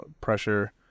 pressure